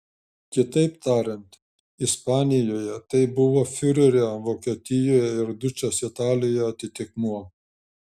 kitaip tariant ispanijoje tai buvo fiurerio vokietijoje ir dučės italijoje atitikmuo